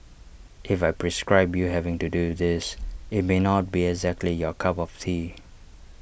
if I prescribe you having to do this IT may not be exactly your cup of tea